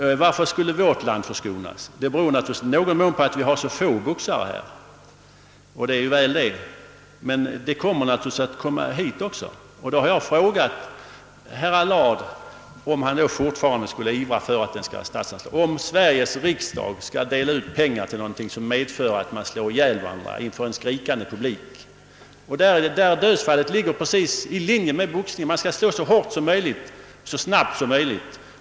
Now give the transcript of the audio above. Varför skulle då just vårt land förskonas? Att så skett hittills beror i någon mån på att vi har — som väl är — så få boxare. Men en dödsboxning kommer att inträffa här också någon gång. Jag måste fråga herr Allard, om han då fortfarande skulle ivra för att boxningen skall ha statsanslag och att Sveriges riksdag skall dela ut pengar till något som medför att man slår ihjäl varandra inför en skrikande publik. Och ett dödsfall ligger ju precis i linje med boxningens principer: man skall slå så hårt och snabbt som möjligt.